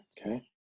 okay